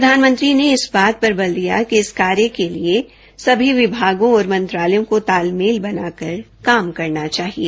प्रधानमंत्री ने इस बात पर बल दिया कि इस कार्य के लिए सभी विभागों और मंत्रालयों को तालमेल बनाकर काम करना चाहिए